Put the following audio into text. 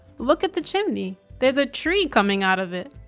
look at the chimney, there's a tree coming out of it.